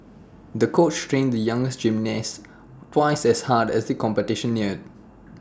the coach trained the young gymnast twice as hard as the competition neared